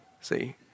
See